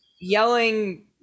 yelling